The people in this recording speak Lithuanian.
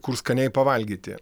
kur skaniai pavalgyti